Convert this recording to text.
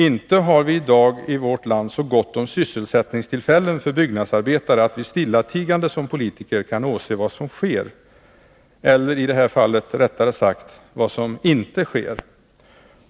Inte har vi i dag i vårt land så gott om sysselsättningstillfällen för byggnadsarbetare att vi som politiker stillatigande kan åse vad som sker — eller i det här fallet rättare sagt vad som inte sker!